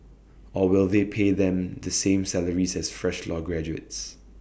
or will they pay them the same salaries as fresh law graduates